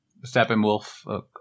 Steppenwolf